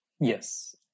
Yes